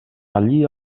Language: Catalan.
allí